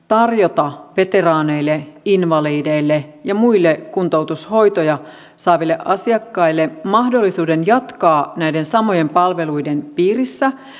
tarjota veteraaneille invalideille ja muille kuntoutushoitoja saaville asiakkaille mahdollisuuden jatkaa näiden samojen palveluiden piirissä